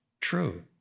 true